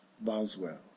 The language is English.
BOSWELL